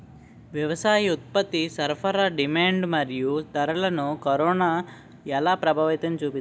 వ్యవసాయ ఉత్పత్తి సరఫరా డిమాండ్ మరియు ధరలకు కరోనా ఎలా ప్రభావం చూపింది